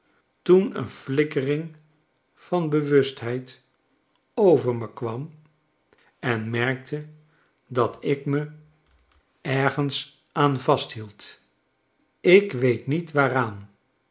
toen een flikkering van bewustheid over me kwam en merkte datik me ergens aan vasthield ik weet niet waaraan